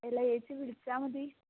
അല്ല ചേച്ചി വിളിച്ചാൽ മതി